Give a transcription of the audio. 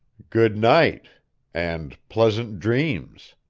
good night and pleasant dreams,